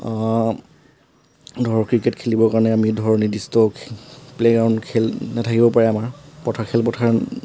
ধৰক ক্ৰিকেট খেলিবৰ কাৰণে আমি ধৰক নিৰ্দিষ্ট প্লেয়াৰ খেল নেথাকিব পাৰে আমাৰ খেলপথাৰ